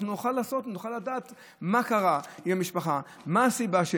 אנחנו נוכל לדעת מה קרה עם המשפחה, מה הסיבה.